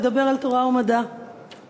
לדבר על תורה ומדע דקה.